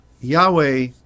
Yahweh